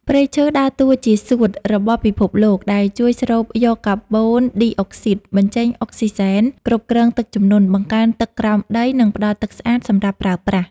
ព្រៃឈើដើរតួជាសួតរបស់ពិភពលោក ដែលជួយស្រូបយកកាបូនឌីអុកស៊ីត បញ្ចេញអុកស៊ីសែន គ្រប់គ្រងទឹកជំនន់ បង្កើនទឹកក្រោមដី និងផ្តល់ទឹកស្អាតសម្រាប់ប្រើប្រាស់។